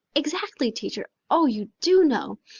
exactly, teacher. oh, you do know.